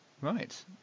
Right